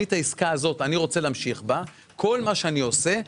אני את העסקה הזאת רוצה להמשיך כל מה שאני עושה,